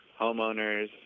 homeowners